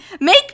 make